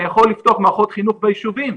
אני יכול לפתוח מערכות חינוך ביישובים,